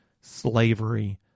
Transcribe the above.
slavery